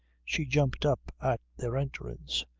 she jumped up at their entrance.